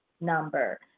number